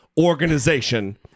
organization